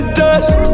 dust